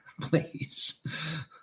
please